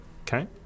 Okay